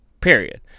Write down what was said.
period